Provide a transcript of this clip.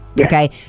Okay